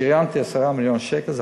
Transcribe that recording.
שריינתי 10 מיליון שקלים,